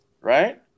right